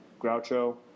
Groucho